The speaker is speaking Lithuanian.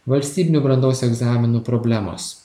valstybinių brandos egzaminų problemos